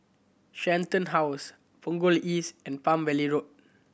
Shenton House Punggol East and Palm Valley Road